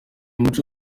umuco